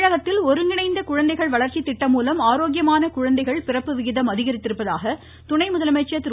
தமிழகத்தில் ஒருங்கிணைந்த குழந்தைகள் வளர்ச்சி திட்டம் ரமலம் ஆரோக்கியமான குழந்தைகள் பிறப்பு விகிதம் அதிகரித்துள்ளதாக துணை முதலமைச்சர் திரு